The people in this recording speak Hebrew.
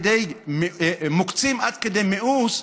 מוקצים עד כדי מיאוס,